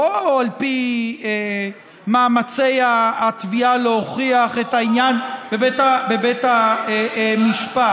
לא על פי מאמצי התביעה להוכיח את העניין בבית המשפט,